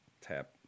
tap